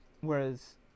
Whereas